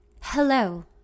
Hello